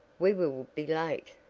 we will be late,